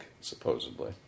supposedly